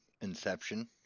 inception